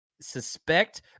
suspect